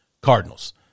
Cardinals